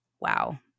wow